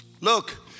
Look